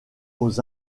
aux